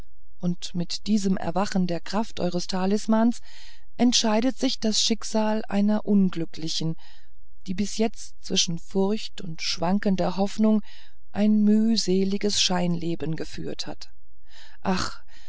und mit diesem erwachen der kraft eures talismans entscheidet sich das schicksal einer unglücklichen die bis jetzt zwischen furcht und schwankender hoffnung ein mühseliges scheinleben geführt hat ach